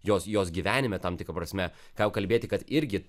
jos jos gyvenime tam tikra prasme ką jau kalbėti kad irgi